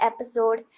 episode